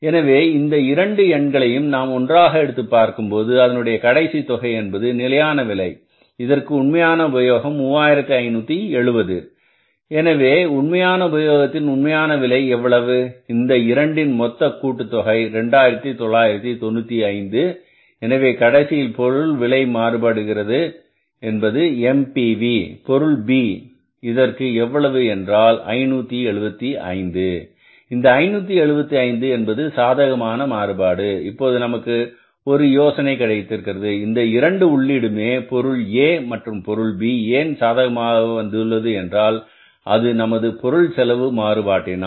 எனவே இந்த இரண்டு எண்களையும் நாம் ஒன்றாக எடுத்து பார்க்கும்போது அதனுடைய கடைசி தொகை என்பது நிலையான விலை இதற்கு உண்மையான உபயோகம் 3570 எனவே உண்மையான உபயோகத்தின் உண்மையான விலை எவ்வளவு இந்த இரண்டின் மொத்த கூட்டு தொகை 2995 எனவே கடைசியில் பொருள் விலை மாறுபாடு என்பது MPV என்பது பொருள் B இதற்கு எவ்வளவு என்றால் 575 இந்த 575 என்பது சாதகமான மாறுபாடு இப்போது நமக்கு ஒரு யோசனை கிடைத்திருக்கிறது இந்த இரண்டு உள்ளீடு மே பொருள் A மற்றும் B ஏன் சாதகமாக வந்துள்ளது என்றால் அது நமது பொருள் செலவு மாறுபாட்டினால்